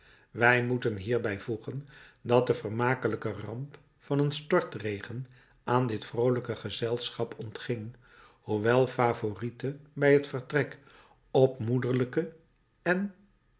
wij moeten hierbij voegen dat de vermakelijke ramp van een stortregen aan dit vroolijke gezelschap ontging hoewel favourite bij het vertrek op moederlijken en